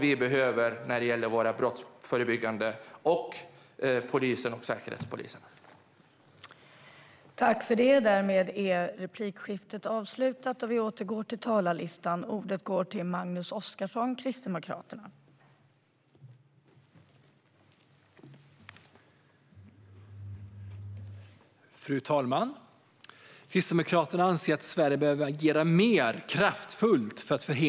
Det här är någonting som polisen och Säkerhetspolisen behöver för brottsförebyggandet.